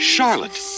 Charlotte